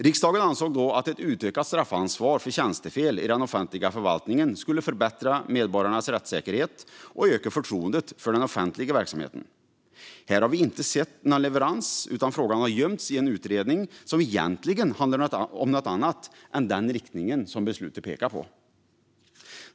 Riksdagen ansåg då att ett utökat straffansvar för tjänstefel i den offentliga förvaltningen skulle förbättra medborgarnas rättssäkerhet och öka förtroendet för den offentliga verksamheten. Här har vi inte sett någon leverans, utan frågan har gömts i en utredning som egentligen handlar om något annat än den riktning beslutet pekade i.